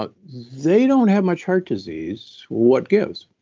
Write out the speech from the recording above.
ah they don't have much heart disease. what gives?